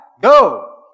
go